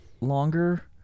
longer